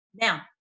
Now